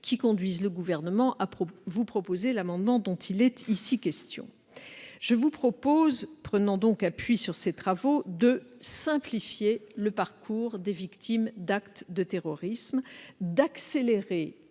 qui conduisent le Gouvernement à vous proposer l'amendement dont il est ici question. Prenant, donc, appui sur ces travaux, je vous propose de simplifier le parcours des victimes d'actes de terrorisme, d'accélérer